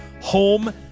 home